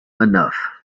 enough